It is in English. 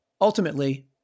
Ultimately